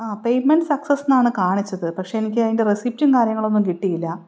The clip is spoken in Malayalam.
ആ പേയ്മെൻറ് സക്സസ് എന്നാണ് കാണിച്ചത് പക്ഷെ എനിക്ക് അതിൻ്റെ റെസിപ്റ്റും കാര്യങ്ങളും ഒന്നും കിട്ടിയില്ല